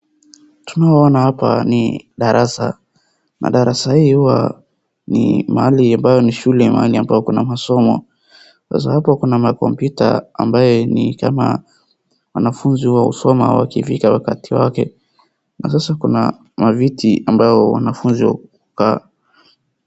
Tunaona hapa ni darasa, na darasa hii huwa ni mahali ambayo ni shule mahali ambayo kuna masomo. Sasa hapo kuna makompyuta ambaye ni kama wanafunzi huwa husoma wakifika wakati wake, na sasa kuna maviti ambao wanafunzi hukaa.